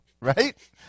right